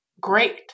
great